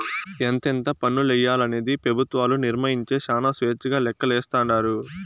ఎంతెంత పన్నులెయ్యాలనేది పెబుత్వాలు నిర్మయించే శానా స్వేచ్చగా లెక్కలేస్తాండారు